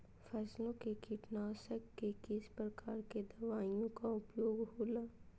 फसलों के कीटनाशक के किस प्रकार के दवाइयों का उपयोग हो ला?